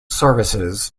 services